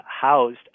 housed